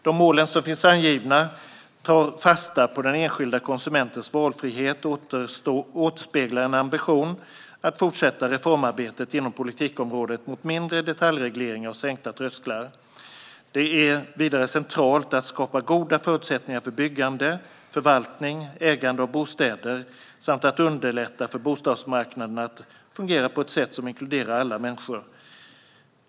De mål som finns angivna tar fasta på den enskilda konsumentens valfrihet och återspeglar en ambition att fortsätta reformarbetet inom politikområdet mot mindre detaljregleringar och sänkta trösklar. Det är vidare centralt att skapa goda förutsättningar för byggande, förvaltning och ägande av bostäder samt att underlätta för bostadsmarknaderna att fungera på ett sätt som inkluderar alla människor.